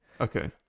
Okay